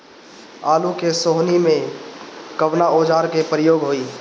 आलू के सोहनी में कवना औजार के प्रयोग होई?